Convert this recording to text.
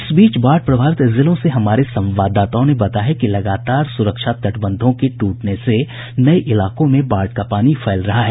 इस बीच बाढ़ प्रभावित जिलों से हमारे संवाददाताओं ने बताया है कि लगातार सुरक्षा तटबंधों के टूटने से नये इलाकों में बाढ़ का पानी फैल रहा है